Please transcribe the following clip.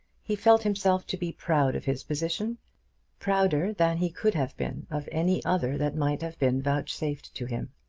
he felt himself to be proud of his position prouder than he could have been of any other that might have been vouchsafed to him.